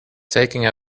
taking